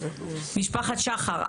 משפחת שחר.